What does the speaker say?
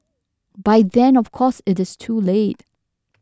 by then of course it is too late